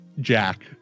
Jack